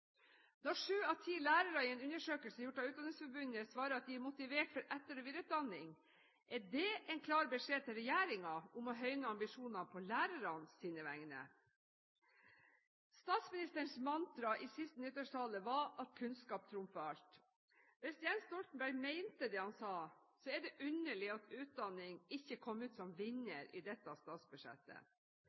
Når syv av ti lærere i en undersøkelse gjort av Utdanningsforbundet svarer at de er motivert for etter- og videreutdanning, er det en klar beskjed til regjeringen om å høyne ambisjonene på lærernes vegne. Statsministerens mantra i siste nyttårstale var at kunnskap trumfer alt. Hvis Jens Stoltenberg mente det han sa, er det underlig at utdanning ikke kom ut som vinner i dette statsbudsjettet.